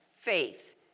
faith